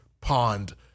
pond